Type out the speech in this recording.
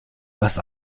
was